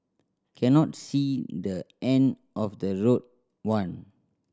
cannot see the end of the road one